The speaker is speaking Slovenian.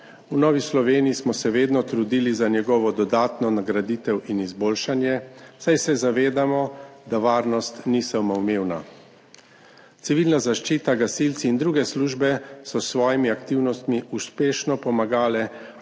V Novi Sloveniji smo se vedno trudili za njegovo dodatno nagraditev in izboljšanje, saj se zavedamo, da varnost ni samoumevna. Civilna zaščita, gasilci in druge službe so s svojimi aktivnostmi uspešno pomagale